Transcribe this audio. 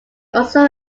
also